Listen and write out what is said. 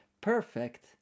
perfect